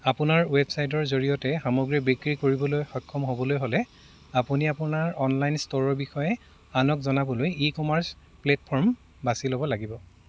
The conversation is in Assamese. আপোনাৰ ৱেবচাইটৰ জৰিয়তে সামগ্ৰী বিক্ৰী কৰিবলৈ সক্ষম হ'বলৈ হ'লে আপুনি আপোনাৰ অনলাইন ষ্ট'ৰৰ বিষয়ে আনক জনাবলৈ ই কমাৰ্চ প্লেটফৰ্ম বাচি ল'ব লাগিব